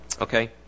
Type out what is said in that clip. okay